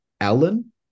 Alan